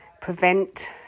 prevent